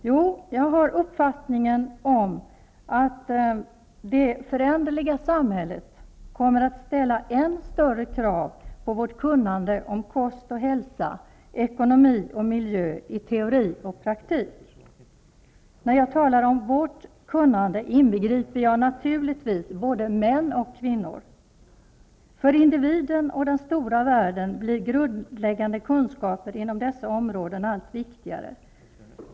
Jo, jag har uppfattningen att det föränderliga samhället kommer att ställa än större krav på vårt kunnande om kost och hälsa, ekonomi och miljö, i teori och praktik. När jag talar om vårt kunnande inbegriper jag naturligtvis både män och kvinnor. För individen och den stora världen blir grundläggande kunskaper inom dessa områden allt viktigare.